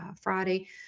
friday